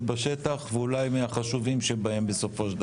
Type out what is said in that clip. בשטח ואולי מהחשובים שבהם בסופו של דבר.